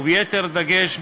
וביתר דגש,